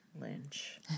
Lynch